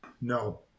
No